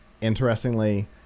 Interestingly